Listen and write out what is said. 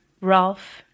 Ralph